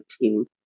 team